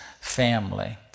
family